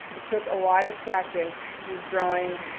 it took a lot of practice just drawing,